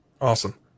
Awesome